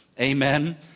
Amen